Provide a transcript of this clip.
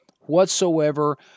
whatsoever